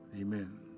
Amen